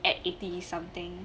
at eighty something